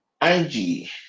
Angie